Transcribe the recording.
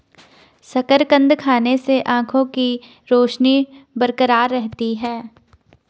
शकरकंद खाने से आंखों के रोशनी बरकरार रहती है